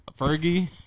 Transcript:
Fergie